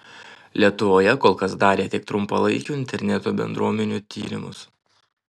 lietuvoje kol kas darė tik trumpalaikių interneto bendruomenių tyrimus